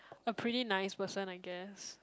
a pretty nice person I guess